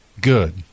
Good